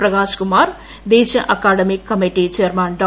പ്രകാശ് കുമാർ ദേശീയ academic committee chairman ഡോ